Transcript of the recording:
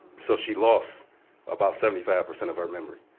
so she lost about seventy five percent of her memory.